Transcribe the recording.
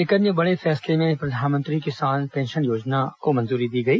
एक अन्य बड़े फैसले में प्रधानमंत्री किसान पेंशन योजना को मंजूरी दी गई